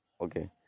Okay